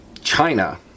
China